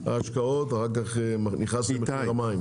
ההשקעות, --- המים.